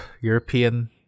European